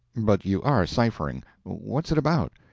but you are ciphering what's it about?